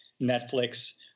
Netflix